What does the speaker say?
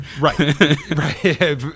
Right